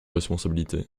responsabilité